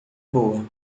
boa